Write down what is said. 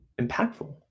impactful